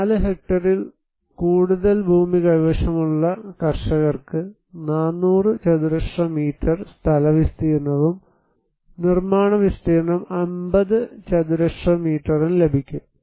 4 ഹെക്ടറിൽ കൂടുതൽ ഭൂമി കൈവശമുള്ള കർഷകർക്ക് 400 ചതുരശ്ര മീറ്റർ സ്ഥല വിസ്തീർണ്ണവും നിർമാണ വിസ്തീർണ്ണം 50 ചതുരശ്ര മീറ്ററും ലഭിക്കും